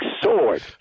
sword